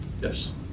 Yes